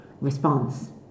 response